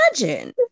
imagine